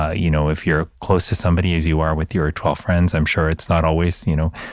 ah you know, if you're close to somebody as you are with your twelve friends, i'm sure it's not always, you know,